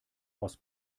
aus